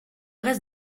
reste